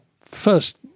first